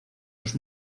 los